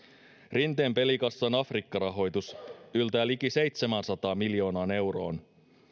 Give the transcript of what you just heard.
rinteen pelikassan afrikka rahoitus yltää liki seitsemäänsataan miljoonaan euroon